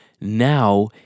now